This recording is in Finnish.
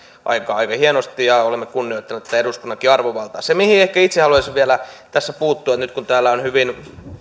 aika aika hienosti ja olemme kunnioittaneet tätä eduskunnankin arvovaltaa se mihin ehkä itse haluaisin vielä tässä puuttua nyt kun täällä on hyvin